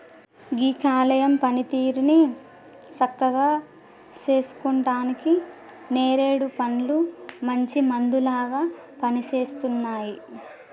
గీ కాలేయం పనితీరుని సక్కగా సేసుకుంటానికి నేరేడు పండ్లు మంచి మందులాగా పనిసేస్తున్నాయి